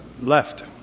left